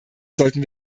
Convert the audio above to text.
sollten